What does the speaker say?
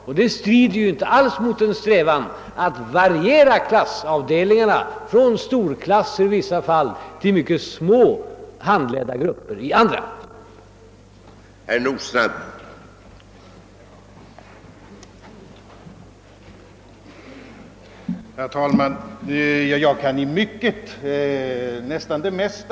Och den uppfattningen strider inte alls mot vår strävan att variera klassernas storlek från stora klasser i vissa fall till mycket små handledda grupper i andra fall.